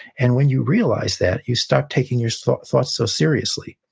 and when you realize that, you stop taking your thoughts thoughts so seriously.